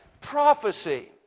prophecy